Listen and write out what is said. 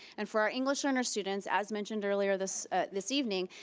and for our english learner students as mentioned earlier this this evening,